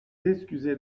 excusez